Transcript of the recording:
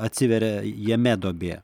atsiveria jame duobė